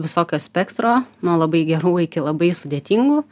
visokio spektro nuo labai gerų iki labai sudėtingų